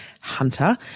Hunter